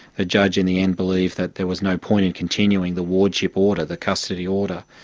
ah judge in the end believed that there was no point in continuing the wardship order, the custody order,